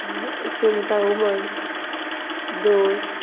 सुंगटा हुमण दोस